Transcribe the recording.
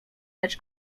lecz